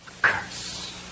curse